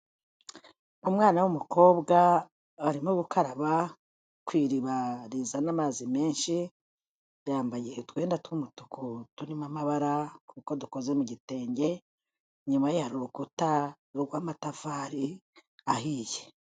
Umwana w'umukobwa arimo gukaraba ku iriba rizana amazi menshi, yambaye utwenda tw'umutuku turimo amabara, kuko dukoze mu gitenge, inyuma ye hari urukuta rw'amatafari ahiye.